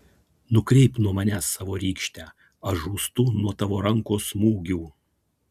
nukreipk nuo manęs savo rykštę aš žūstu nuo tavo rankos smūgių